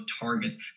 targets